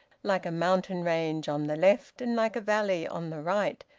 like a mountain range on the left and like a valley on the right,